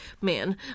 man